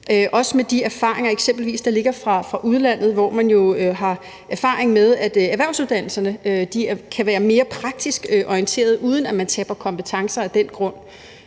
også med de erfaringer, der ligger fra eksempelvis udlandet, hvor man jo har erfaring med, at erhvervsuddannelserne kan være mere praktisk orienteret, uden at man taber kompetencer af den grund.